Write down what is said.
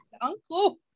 Uncle